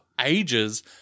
ages